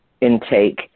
intake